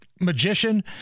magician